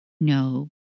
no